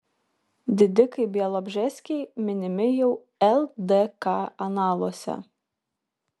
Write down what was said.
didikai bialobžeskiai minimi jau ldk analuose